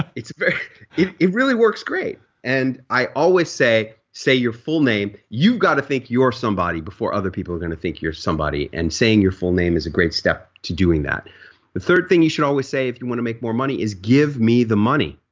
it it really works great. and i always say say your full name, you've got to think your somebody before other people are going to think you're somebody and saying your full name is a great step to doing that the third thing you should always say if you want to make more money is give me the money.